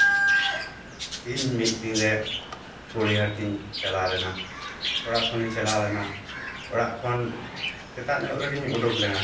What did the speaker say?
ᱤᱧ ᱢᱤᱫ ᱫᱤᱱ ᱨᱮ ᱯᱚᱲᱤᱦᱟᱹᱴᱤᱧ ᱪᱟᱞᱟᱣ ᱞᱮᱱᱟ ᱚᱲᱟᱜ ᱠᱷᱚᱱᱤᱧ ᱪᱟᱞᱟᱣ ᱞᱮᱱᱟ ᱚᱲᱟᱜ ᱠᱷᱚᱱ ᱥᱮᱛᱟᱜ ᱧᱚᱜ ᱨᱮᱜᱮᱧ ᱩᱰᱩᱠ ᱞᱮᱱᱟ